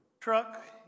truck